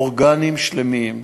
אורגנים שלמים,